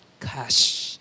cash